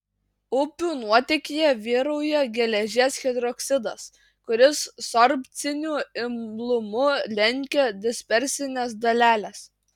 upių nuotėkyje vyrauja geležies hidroksidas kuris sorbciniu imlumu lenkia dispersines daleles